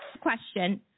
Question